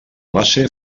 base